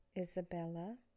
Isabella